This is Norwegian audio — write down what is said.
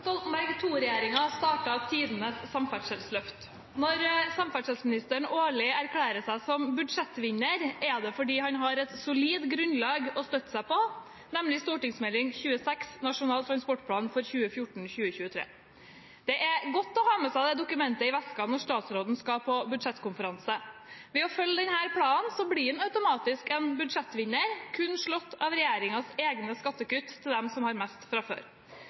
Stoltenberg II-regjeringen startet tidenes samferdselsløft. Når samferdselsministeren årlig erklærer seg som budsjettvinner, er det fordi han har et solid grunnlag å støtte seg på, nemlig Meld. St. 26 for 2012–2013, Nasjonal transportplan 2014–2023. Det er godt å ha med seg dette dokumentet i veska når statsråden skal på budsjettkonferanse. Ved å følge denne planen blir han automatisk en budsjettvinner, kun slått av regjeringens egne skattekutt til dem som har mest fra før.